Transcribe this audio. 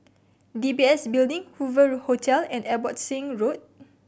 D B S Building Hoover Hotel and Abbotsingh Road